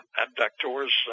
abductors